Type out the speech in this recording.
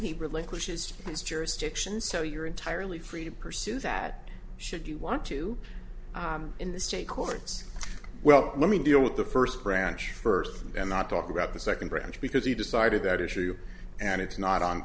he relinquishes his jurisdiction so you're entirely free to pursue that should you want to in the state courts well let me deal with the first branch first and not talk about the second branch because he decided that issue and it's not on